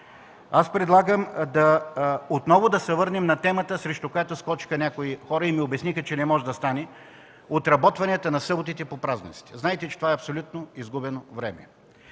Предлагам отново да се върнем към темата, срещу която скочиха някои хора и ми обясниха, че не може да стане – отработванията на съботите по празниците. Знаете, че това е абсолютно изгубено време.